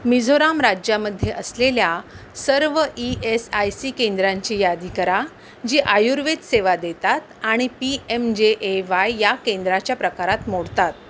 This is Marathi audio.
मिझोराम राज्यामध्ये असलेल्या सर्व ई एस आय सी केंद्रांची यादी करा जी आयुर्वेद सेवा देतात आणि P M J A Y या केंद्राच्या प्रकारात मोडतात